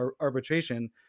arbitration